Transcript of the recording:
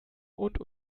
und